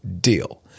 deal